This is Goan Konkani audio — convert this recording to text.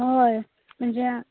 हय म्हणजे